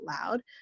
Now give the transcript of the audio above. loud